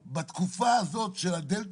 ובטח בגל החמישי עם הגובה העצום של הגל הזה,